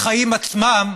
בחיים עצמם,